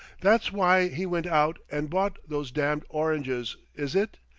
that's why he went out and bought those damned oranges, is it?